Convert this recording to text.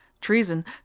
treason